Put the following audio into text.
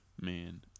Man